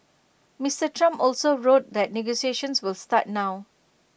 Mister Trump also wrote that negotiations will start now